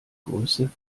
größe